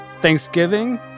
thanksgiving